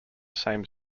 same